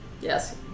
Yes